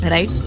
Right